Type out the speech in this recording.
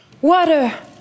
Water